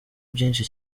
byinshi